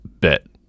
bit